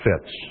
fits